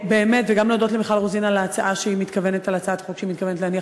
וגם להודות למיכל רוזין על הצעת החוק שהיא מתכוונת להניח.